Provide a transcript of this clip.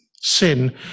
sin